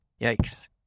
Yikes